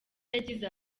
yagize